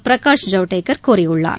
பிரகாஷ் ஜவ்டேகர் கூறியுள்ளார்